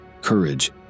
courage